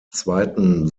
zweiten